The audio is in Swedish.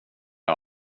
jag